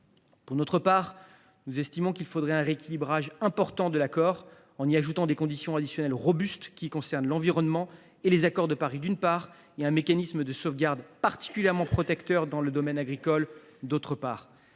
Pour notre part, nous estimons qu’il faut rééquilibrer l’accord de manière importante en y ajoutant des conditions additionnelles robustes concernant l’environnement et l’accord de Paris, d’une part, et un mécanisme de sauvegarde particulièrement protecteur dans le domaine agricole, d’autre part.